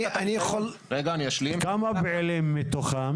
כמה פעילים מתוכם?